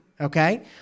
Okay